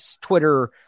Twitter